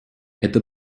это